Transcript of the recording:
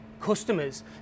customers